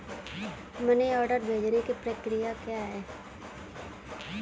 Money order भेजने की प्रक्रिया क्या है?